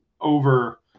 over